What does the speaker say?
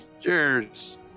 Cheers